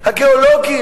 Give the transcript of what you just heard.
הגיאולוגים,